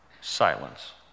Silence